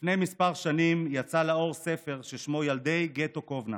לפני כמה שנים יצא לאור ספר ששמו "ילדי גטו קובנה"